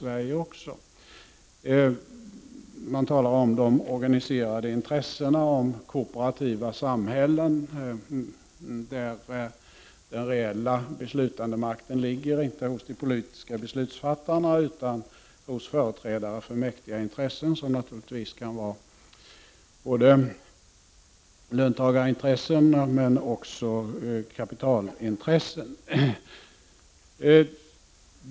Det talas om de organiserade intressena och om kooperativa samhällen där den reella beslutandemakten inte ligger hos de politiska beslutsfattarna utan hos företrädare för mäktiga intressen som naturligtvis kan vara både löntagarintressen och kapitalintressen.